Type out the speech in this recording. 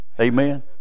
Amen